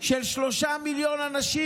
של שלושה מיליון אנשים.